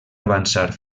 avançar